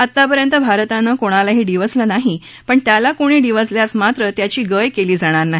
आतापर्यंत भारतानं कोणालाही डिवचलं नाही पण त्याला कोणी डिवचल्यास मात्र त्याची गय केली जाणार नाही